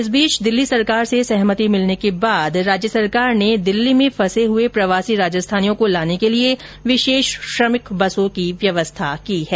इस बीच दिल्ली सरकार से सहमति मिलने के बाद राज्य सरकार ने दिल्ली में फंसे हए प्रवासी राजस्थानियों को लाने के लिए विशेष श्रमिक बसों की व्यवस्था की है